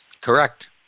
Correct